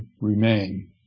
remain